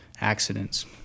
accidents